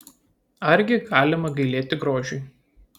argi galima gailėti grožiui